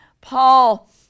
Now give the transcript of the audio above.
Paul